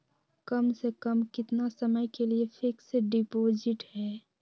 कम से कम कितना समय के लिए फिक्स डिपोजिट है?